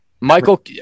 Michael